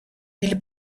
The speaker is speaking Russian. или